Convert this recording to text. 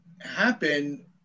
happen